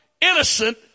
innocent